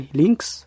links